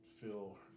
feel